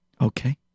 Okay